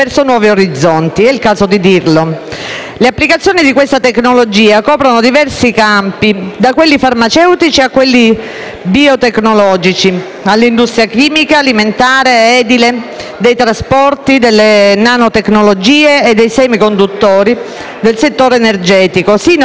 Le applicazioni di questa tecnologia coprono diversi campi, da quelli farmaceutici a quelli biotecnologici, dall'industria chimica, alimentare, edile, dei trasporti, delle nanotecnologie e dei semi conduttori del settore energetico sino alla metallurgia e ai nuovi materiali.